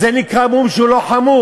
אז זה נקרא מום שהוא לא חמור.